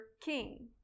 king